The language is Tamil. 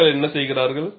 மக்கள் என்ன செய்கிறார்கள்